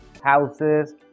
houses